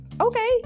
okay